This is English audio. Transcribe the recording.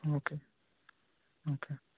okay okay